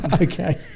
okay